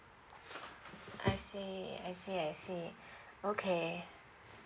I see I see I see okay